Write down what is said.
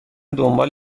دنبال